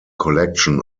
collection